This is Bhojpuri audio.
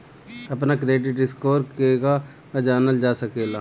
अपना क्रेडिट स्कोर केगा जानल जा सकेला?